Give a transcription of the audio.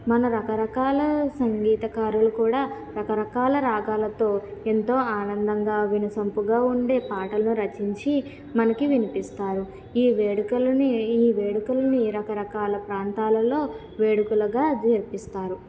మన రకరకాల సంగీతకారులు కూడా రకరకాల రాగాలతో ఎంతో ఆనందంగా వినసొంపుగా ఉండే పాటలను రచించి మనకి వినిపిస్తారు ఈ వేడుకలని ఈ వేడుకలని రకరకాల ప్రాంతాలలో వేడుకలుగా జరిపిస్తారు